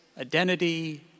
identity